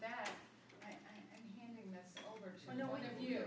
that you